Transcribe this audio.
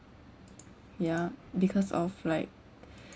ya because of like